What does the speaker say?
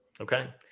okay